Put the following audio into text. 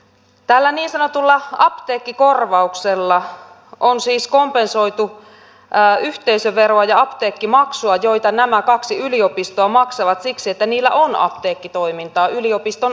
tällä niin sanotulla apteekkikorvauksella on siis kompensoitu yhteisöveroa ja apteekkimaksua joita nämä kaksi yliopistoa maksavat siksi että niillä on apteekkitoimintaa yliopiston apteekki